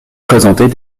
présentés